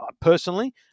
personally